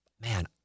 man